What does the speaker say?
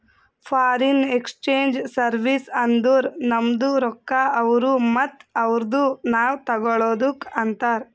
foreign exchange service ಅಂದುರ್ ನಮ್ದು ರೊಕ್ಕಾ ಅವ್ರು ಮತ್ತ ಅವ್ರದು ನಾವ್ ತಗೊಳದುಕ್ ಅಂತಾರ್